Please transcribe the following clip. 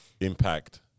impact